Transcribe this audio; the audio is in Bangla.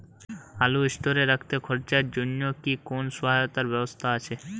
আলু স্টোরে রাখতে খরচার জন্যকি কোন সহায়তার ব্যবস্থা আছে?